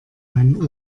mein